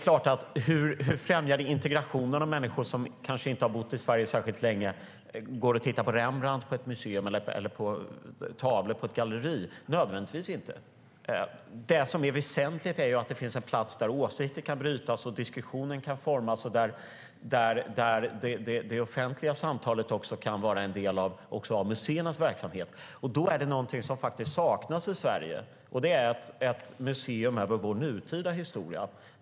Hur främjar det integrationen om människor som kanske inte har bott i Sverige särskilt länge går och tittar på Rembrandt på ett museum eller tittar på tavlor på ett galleri? Det gör det nödvändigtvis inte. Det som är väsentligt är att det finns en plats där åsikter kan brytas och diskussionen kan formas och där det offentliga samtalet också kan vara en del av museernas verksamhet. Då är det faktiskt någonting som saknas i Sverige. Det är ett museum över vår nutida historia.